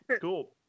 Cool